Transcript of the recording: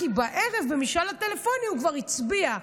כי בערב במשאל הטלפוני הוא כבר הצביע.